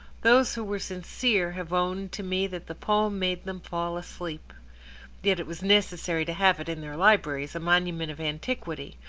those who were sincere have owned to me that the poem made them fall asleep yet it was necessary to have it in their library as a monument of antiquity,